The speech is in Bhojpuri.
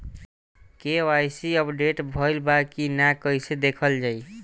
के.वाइ.सी अपडेट भइल बा कि ना कइसे देखल जाइ?